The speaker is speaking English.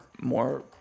more